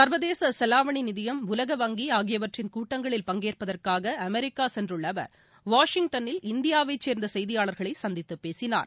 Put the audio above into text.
சர்வதேசசெலாவணிநிதியம் உலக வங்கிஆகியவற்றின் கூட்டங்களில் பங்கேற்பதற்காகஅமெரிக்காசென்றுள்ளஅவர் வாஷிங்டனில் இந்தியாவைசேர்ந்தசெய்தியாளர்களைசந்தித்தபேசினார்